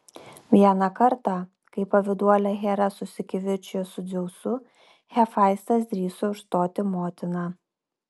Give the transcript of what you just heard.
vieną kartą kai pavyduolė hera susikivirčijo su dzeusu hefaistas drįso užstoti motiną